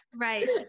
right